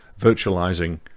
Virtualizing